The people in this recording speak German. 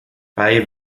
bei